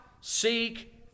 seek